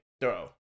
throw